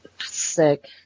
Sick